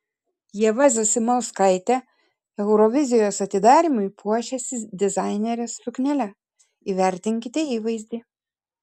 ieva zasimauskaitė eurovizijos atidarymui puošėsi dizainerės suknele įvertinkite įvaizdį